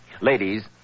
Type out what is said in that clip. Ladies